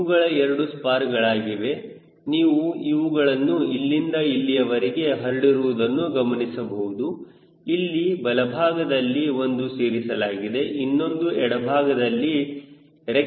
ಇವುಗಳು 2 ಸ್ಪಾರ್ಗಳಾಗಿವೆ ನೀವು ಇವುಗಳನ್ನು ಇಲ್ಲಿಂದ ಇಲ್ಲಿಯವರೆಗೆ ಹರಡಿರುವುದನ್ನು ಗಮನಿಸಬಹುದು ಇಲ್ಲಿ ಬಲಭಾಗದಲ್ಲಿ ಒಂದು ಸೇರಿಸಲಾಗಿದೆ ಇನ್ನೊಂದು ಎಡಭಾಗದಲ್ಲಿ ರೆಕ್ಕೆಯನ್ನು ಸೇರಿಸಲಾಗಿದೆ